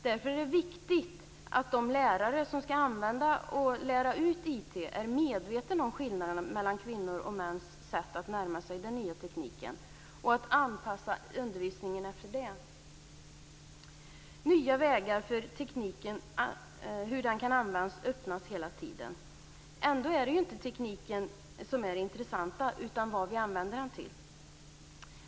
Därför är det viktigt att de lärare som skall använda och lära ut IT är medvetna om skillnaderna mellan kvinnors och mäns sätt att närma sig den nya tekniken, och att de anpassar undervisningen efter detta. Nya vägar för hur tekniken kan användas öppnas hela tiden. Ändå är det inte tekniken som är det intressanta, utan vad vi använder den till.